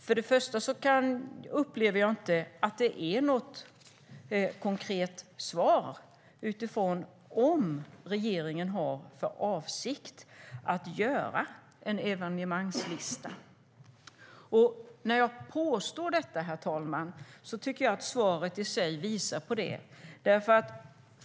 Först och främst upplever jag inte att det är något konkret svar utifrån frågan om regeringen har för avsikt att göra en evenemangslista. När jag påstår detta, herr talman, tycker jag att svaret i sig visar på det.